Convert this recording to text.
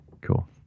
cool